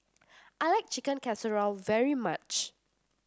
I like Chicken Casserole very much